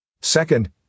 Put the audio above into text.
Second